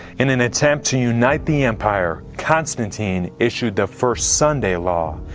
in an attempt to unite the empire constantine issued the first sunday law.